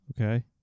Okay